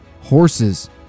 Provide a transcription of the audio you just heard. horses